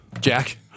Jack